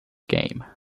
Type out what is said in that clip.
game